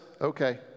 okay